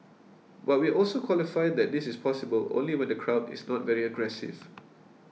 but we also qualify that this is possible only when the crowd is not very aggressive